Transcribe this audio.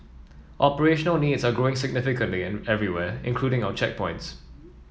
operational needs are growing significantly everywhere including our checkpoints